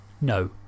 No